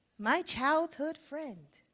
my childhood friend,